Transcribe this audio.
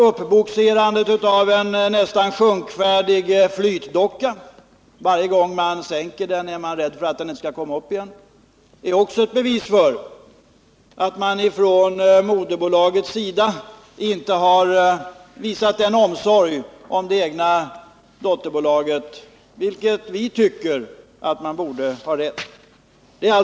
Uppbogserandet av en nästan sjunkfärdig flytdocka — varje gång man sänker den är man rädd för att den inte skall komma upp igen — är ett annat bevis för att moderbolaget inte har visat den omsorg om dotterbolaget som vi tycker man borde ha rätt att kräva.